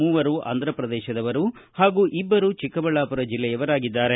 ಮೂವರು ಅಂಥಪ್ರದೇಶದವರು ಹಾಗೂ ಇಬ್ಬರು ಚಿಕ್ಕಬಳ್ಳಾಪುರ ಜಿಲ್ಲೆಯವರಾಗಿದ್ದಾರೆ